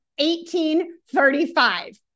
1835